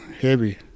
heavy